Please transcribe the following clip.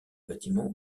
bâtiment